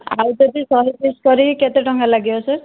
ଆଉ ଯଦି ଶହେ ପିସ୍ କରିବି କେତେ ଟଙ୍କା ଲାଗିବ ସାର୍